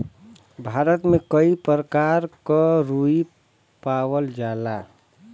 भारत में कई परकार क रुई पावल जाला